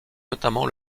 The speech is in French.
notamment